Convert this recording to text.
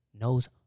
Knows